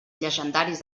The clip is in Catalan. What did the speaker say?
llegendaris